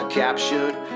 captured